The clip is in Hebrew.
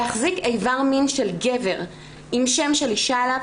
להחזיק איבר מין של גבר עם שם של אישה עליו,